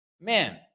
man